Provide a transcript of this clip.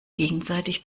gegenseitig